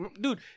dude